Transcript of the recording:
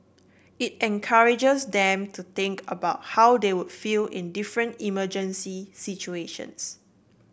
it encourages them to think about how they would feel in different emergency situations